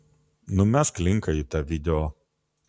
numesk linką į tą video